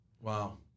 Wow